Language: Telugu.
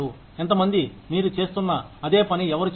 ఎంతమంది మీరు చేస్తున్న అదే పని ఎవరు చేయగలరు